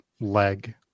leg